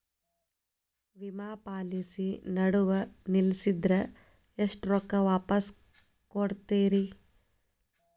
ವಿಮಾ ಪಾಲಿಸಿ ನಡುವ ನಿಲ್ಲಸಿದ್ರ ಎಷ್ಟ ರೊಕ್ಕ ವಾಪಸ್ ಕೊಡ್ತೇರಿ?